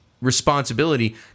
responsibility